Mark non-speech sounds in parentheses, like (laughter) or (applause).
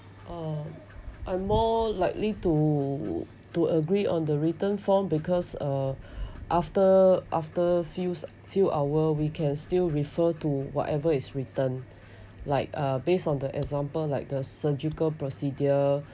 um I'm more likely to to agree on the written form because uh (breath) after after few few hour we can still refer to whatever it's written like uh based on the example like the surgical procedure